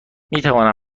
میتوانم